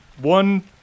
one